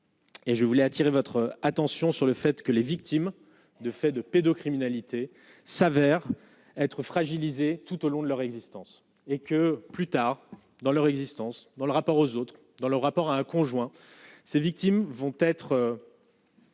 Et je voulais attirer votre attention sur le fait que les victimes de faits de pédocriminalité s'avère être fragilisé tout au long de leur existence et que plus tard dans leur existence dans le rapport aux autres dans le rapport à un conjoint ses victimes vont être. Victime